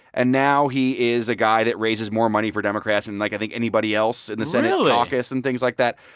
and now he is a guy that raises more money for democrats than, like, i think, anybody else in the senate. really. caucus and things like that.